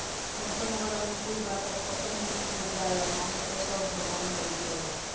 मौसम अगर अनुकूल बा त फसल निक हो जाला नाही त सब भगवान भरोसे रहेला